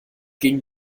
gingen